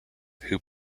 who